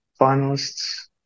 finalists